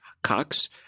Cox